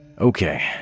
Okay